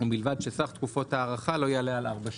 ובלבד שסך תקופות ההארכה לא יעלה על ארבע שנים.